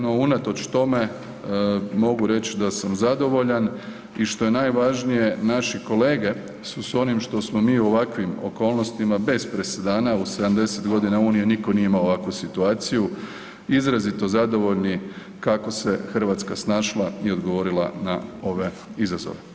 No, unatoč tome, mogu reći da sam zadovoljan i što je najvažnije, naši kolege su s onim što smo mi u ovakvim okolnostima bez presedana u 70 godina Unije, nitko nije imao ovakvu situaciju, izrazito zadovoljni kako se Hrvatska snašla i odgovorila na ovaj izazov.